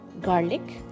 garlic